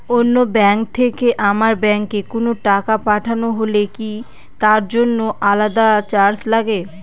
অন্য ব্যাংক থেকে আমার ব্যাংকে কোনো টাকা পাঠানো হলে কি তার জন্য আলাদা চার্জ লাগে?